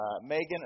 Megan